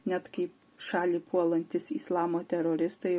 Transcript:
net kaip šalį puolantys islamo teroristai